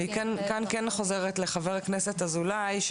אני חוזרת לחבר הכנסת אזולאי.